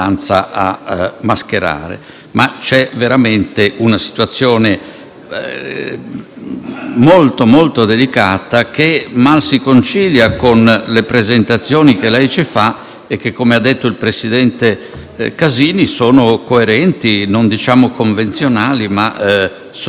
molto delicata, che mal si concilia con le presentazioni che lei ci fa e che, come ha detto il presidente Casini, sono coerenti - non diciamo convenzionali - ed in linea con l'europeismo dell'Italia. Vorrei concludere chiedendomi